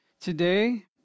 today